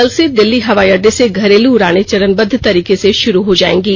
कल से दिल्ली हवाई अड्डे से घरेलू उड़ानें चरणबद्व तरीके से शुरू हो जाएंगी